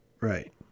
right